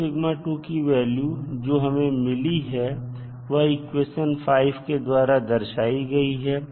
और की वैल्यू जो हमें मिली है वह इक्वेशन 5 के द्वारा दर्शाई गई है